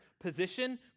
position